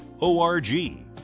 O-R-G